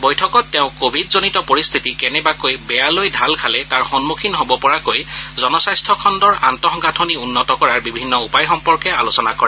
বৈঠকত তেওঁ কোভিডজনিত পৰিস্থিতি কেনেবাকৈ বেয়ালৈ ঢাল খালে তাৰ সন্মুখীন হ'ব পৰাকৈ জনস্বাস্থ্য খণ্ডৰ আন্তঃগাঁথনি উন্নত কৰাৰ বিভিন্ন উপায় সম্পৰ্কে আলোচনা কৰে